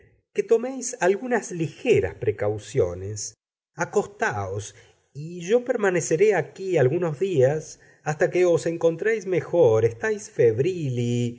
que toméis algunas ligeras precauciones acostaos y yo permaneceré aquí algunos días hasta que os encontréis mejor estáis febril y